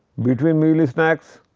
between meal snacks,